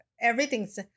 everything's